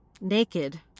naked